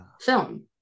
film